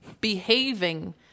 Behaving